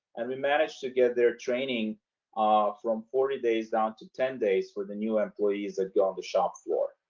and we've managed to get their training um from forty days down to ten days for the new employees that go on the shop floor.